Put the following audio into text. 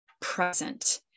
present